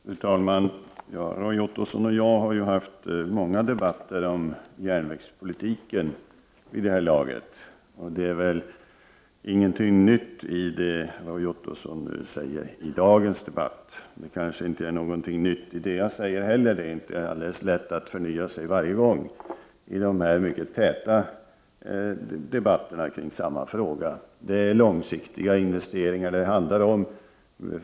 Fru talman! Roy Ottosson och jag har vid det här laget haft många debatter om järnvägspolitiken. Det är ingenting nytt i det Roy Ottosson säger i dagens debatt, men det kanske inte är någonting nytt i det jag säger heller. Det är inte alldeles lätt att förnya sig varje gång i dessa mycket täta debatter om samma fråga. Det handlar om långsiktiga investeringar.